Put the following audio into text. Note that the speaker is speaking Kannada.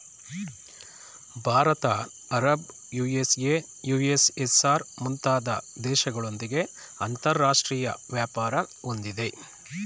ಭಾರತ ಅರಬ್, ಯು.ಎಸ್.ಎ, ಯು.ಎಸ್.ಎಸ್.ಆರ್, ಮುಂತಾದ ದೇಶಗಳೊಂದಿಗೆ ಅಂತರಾಷ್ಟ್ರೀಯ ವ್ಯಾಪಾರ ಹೊಂದಿದೆ